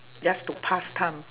just to pass time